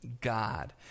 God